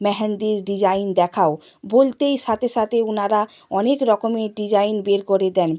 মেহেন্দির ডিজাইন দেখাও বলতেই সাথে সাথে উনারা অনেক রকমের ডিজাইন বের করে দেন